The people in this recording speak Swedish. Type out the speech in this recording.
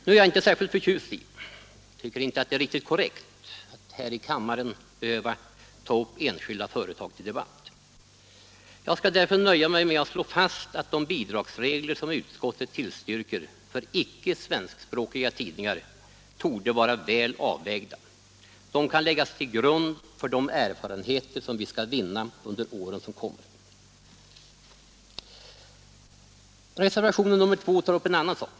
Jag är inte särskilt förtjust i — jag tycker inte det är riktigt korrekt — att här i kammaren ta upp enskilda företag till debatt. Jag skall därför nöja mig med att slå fast att de bidragsregler som utskottet tillstyrker för icke svenskspråkiga tidningar torde vara väl avvägda och kan läggas till grund för de erfarenheter som vi skall vinna under åren som kommer. Reservationen nr 2 tar sedan upp en annan sak.